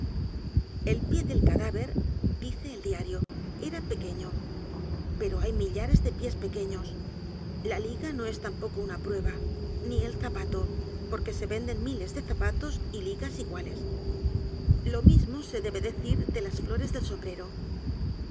el pie del cadáver dice el diario era p e q u e ñ o pero hay millares de pies pequeños la liga no es t a m poco una prueba ni el zapato porque se venden miles de zapatos y ligas iguales lo mismo se debe decir de las flores del sombrero